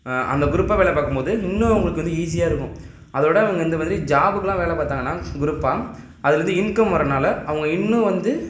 அந்த குரூப்பாக வேலை பார்க்கும்மோது இன்னும் அவங்களுக்கு வந்து ஈஸியாக இருக்கும் அதைவிட அவங்க இந்த வந்து ஜாபுக்குலாம் வேலை பார்த்தாங்கன்னா குரூப்பாக அதுலருந்து இன்கம் வரதனால அவங்க இன்னும் வந்து